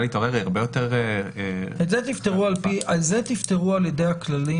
להתעורר היא הרבה יותר --- את זה תפתרו על ידי הכללים.